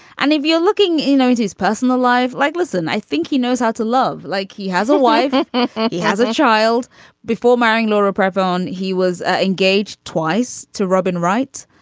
and if you're looking you know into his personal life like listen i think he knows how to love like he has a wife he has a child before marriage law repression. um he was engaged twice to robin wright.